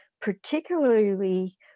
particularly